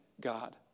god